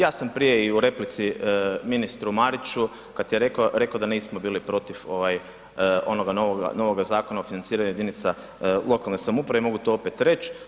Ja sam prije i u replici ministru Mariću kada je rekao, rekao da nismo bili protiv onoga novoga Zakona o financiranju jedinica lokalne samouprave i mogu to opet reći.